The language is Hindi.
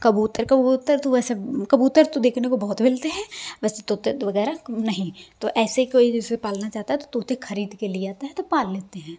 कबूतर कबूतर तो वैसे कबूतर तो देखने को बहुत मिलते हैं वैसे तोते तो वगैरह नहीं तो ऐसे कोई जैसे पालना चाहता है तोते खरीद के ली आता है तो पाल लेते हैं